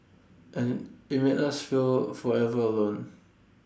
and IT made us feel forever alone